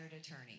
attorney